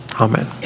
Amen